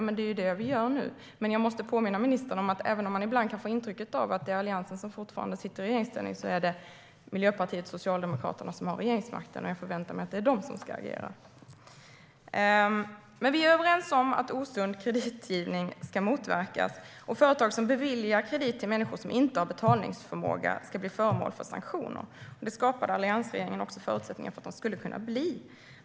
Men det är ju det vi gör nu. Jag måste påminna ministern om att även om man ibland kan få intrycket att Alliansen fortfarande sitter i regeringsställning är det Miljöpartiet och Socialdemokraterna som har regeringsmakten, och jag förväntar mig att det är de som ska agera. Men vi är överens om att osund kreditgivning ska motverkas och att företag som beviljar kredit till människor som inte har betalningsförmåga ska bli föremål för sanktioner. Alliansregeringen skapade förutsättningar för att de skulle kunna bli det.